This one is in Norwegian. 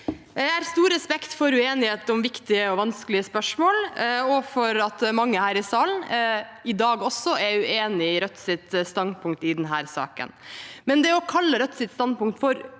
Jeg har stor respekt for uenighet om viktige og vanskelige spørsmål, og for at mange her i salen i dag også er uenig i Rødts standpunkt i denne saken, men det å kalle Rødts standpunkt